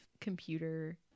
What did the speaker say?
computer